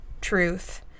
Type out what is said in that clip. truth